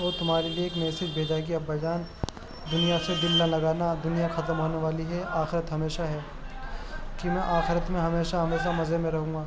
اور تمہارے لیے ایک میسیج بھیجا ہے کہ ابا جان دنیا سے دل نہ لگانا اب دنیا ختم ہونے والی ہے آخرت ہمیشہ ہے کہ میں آخرت میں ہمیشہ ہمیشہ مزے میں رہوں گا